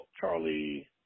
Charlie